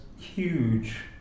huge